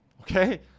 okay